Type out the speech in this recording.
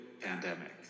pandemic